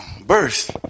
burst